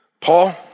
Paul